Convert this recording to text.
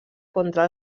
contra